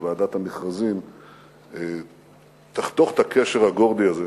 ועדת המכרזים תחתוך את הקשר הגורדי הזה,